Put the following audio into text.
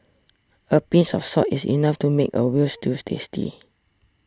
a pinch of salt is enough to make a Veal Stew tasty